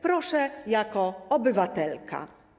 Proszę jako obywatelka.